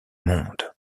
monde